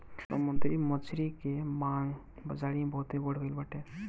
समुंदरी मछरी के मांग बाजारी में बहुते बढ़ गईल बाटे